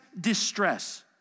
distress